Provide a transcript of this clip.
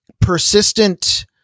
persistent